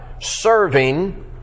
serving